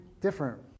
different